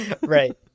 Right